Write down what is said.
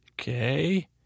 Okay